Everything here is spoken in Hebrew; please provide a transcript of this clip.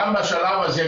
גם בשלב הזה,